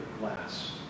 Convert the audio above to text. glass